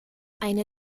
eine